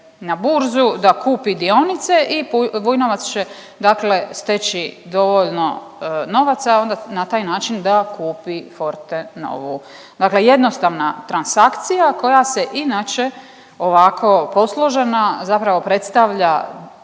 na burzu da kupi dionice i Vujnovac će steći dovoljno novaca onda na taj način da kupi Fortenovu. Dakle, jednostavna transakcija koja se inače ovako posložena zapravo predstavlja